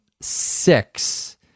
six